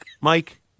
Mike